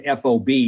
FOB